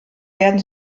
werden